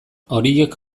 horiek